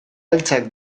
beltzak